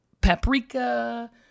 paprika